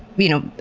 you know,